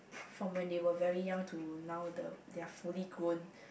from when they were very young to now the they are fully grown